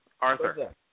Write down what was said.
Arthur